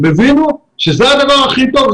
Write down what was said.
הם הבינו שזה הדבר הכי טוב,